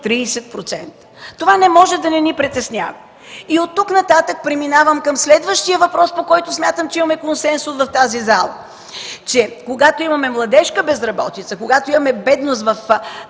30%. Това не може да не ни притеснява. Оттук нататък преминавам към следващия въпрос, по който смятам че имаме консенсус в тази зала, че когато имаме младежка безработица, когато имаме бедност в